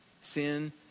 Sin